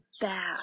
bad